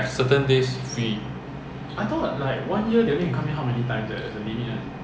ya lor but they give you twenty days free lor something like that lah